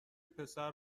پسر